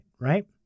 right